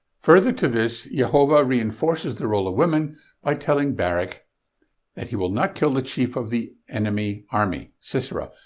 further to all this, yehovah reinforces the role of women by telling barak that he will not kill the chief of the enemy army, sisera,